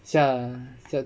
下